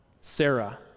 Sarah